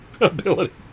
ability